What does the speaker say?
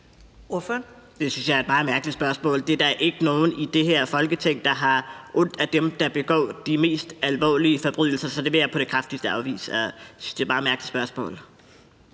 Det synes jeg er et meget mærkeligt spørgsmål. Der er ikke nogen i det her Folketing, der har ondt af dem, der begår de mest alvorlige forbrydelser, så det vil jeg på det kraftigste afvise. Jeg synes, det er et meget mærkeligt spørgsmål.